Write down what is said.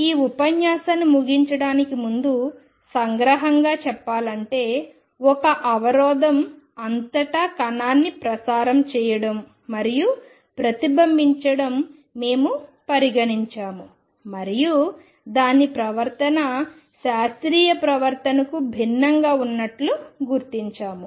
ఈ ఉపన్యాసాన్ని ముగించడానికి ముందు సంగ్రహంగా చెప్పాలంటే ఒక అవరోధం అంతటా కణాన్ని ప్రసారం చేయడం మరియు ప్రతిబింబించడం మేము పరిగణించాము మరియు దాని ప్రవర్తన శాస్త్రీయ ప్రవర్తనకు భిన్నంగా ఉన్నట్లు గుర్తించాము